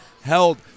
held